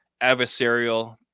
adversarial